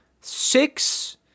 Six